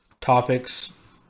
topics